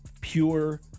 pure